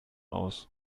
aus